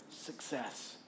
success